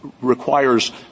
requires